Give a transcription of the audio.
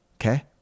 Okay